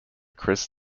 chris